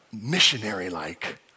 missionary-like